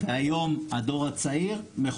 היום הדור הצעיר מחובר הרבה פחות.